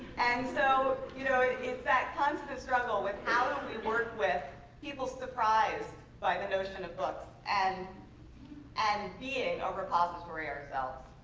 and so you know it's that constant struggle with how do um we work with people surprised by the notion of books and and being a repository ourselves?